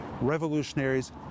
revolutionaries